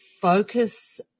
focus